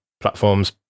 platforms